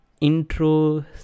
intro